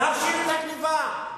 להשיב את הגנבה.